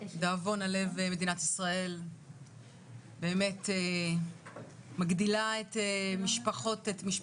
לדאבון הלה מדינת ישראל באמת מגדילה את משפחת